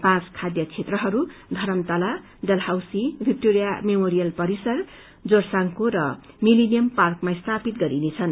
पाँच खाद्य क्षेत्रहस् धरमतला दलहाउसी भिक्टोरिया मेमोरियल परिसर जौरसाङको र मिलिनियम पार्कमा स्थापित गरिनेछन्